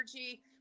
energy